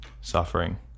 suffering